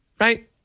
Right